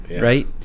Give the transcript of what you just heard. right